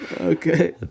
Okay